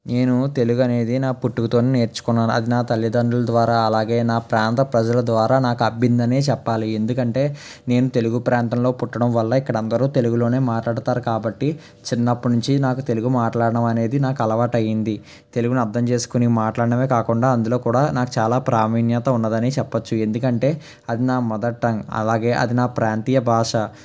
నేను తెలుగు అనేది నా పుట్టుకతోనే నేర్చుకున్నాను అది నా తల్లిదండ్రుల ద్వారా అలాగే నా ప్రాంత ప్రజల ద్వారా నాకు అబ్బిందనే చెప్పాలి ఎందుకంటే నేను తెలుగు ప్రాంతంలో పుట్టడం వల్ల ఇక్కడ అందరూ తెలుగులోనే మాట్లాడతారు కాబట్టి చిన్నప్పటి నుంచి నాకు తెలుగు మాట్లాడడం అనేది నాకు అలవాటయింది తెలుగును అర్థం చేసుకొని మాట్లాడమే కాకుండా అందులో కూడా నాకు చాలా ప్రావీణ్యత ఉండదని చెప్పచ్చు ఎందుకంటే అది నా మదర్ టంగ్ అలాగే అది నా ప్రాంతీయ భాష